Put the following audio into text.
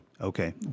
Okay